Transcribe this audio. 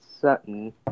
Sutton